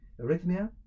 arrhythmia